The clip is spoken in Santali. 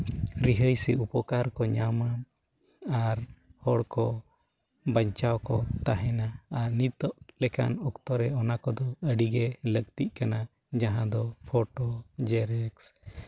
ᱨᱤᱦᱟᱹᱭ ᱥᱮ ᱩᱯᱚᱠᱟᱨ ᱠᱚ ᱧᱟᱢᱟ ᱟᱨ ᱦᱚᱲ ᱠᱚ ᱵᱟᱧᱪᱟᱣ ᱠᱚ ᱛᱟᱦᱮᱱᱟ ᱟᱨ ᱱᱤᱛᱚᱜ ᱞᱮᱠᱟᱱ ᱚᱠᱛᱚᱨᱮ ᱚᱱᱟ ᱠᱚᱫᱚ ᱟᱹᱰᱤᱜᱮ ᱞᱟᱹᱠᱛᱤᱜ ᱠᱟᱱᱟ ᱡᱟᱦᱟᱸ ᱫᱚ ᱯᱷᱚᱴᱳ ᱡᱮᱨᱚᱠᱥ